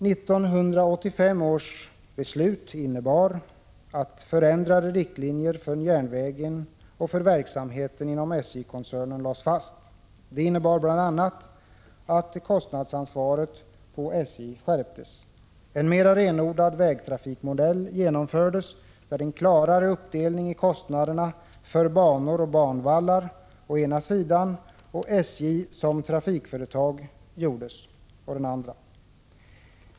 1985 års beslut innebar att förändrade riktlinjer för järnvägen och verksamheten inom SJ-koncernen lades fast. Det i sin tur innebar bl.a. att kostnadsansvaret för SJ:s del skärptes. En mera renodlad vägtrafikmodell genomfördes — dvs. man gjorde en klärare kostnadsuppdelning för banor och banvallar å ena sidan och för SJ som trafikföretag å andra sidan.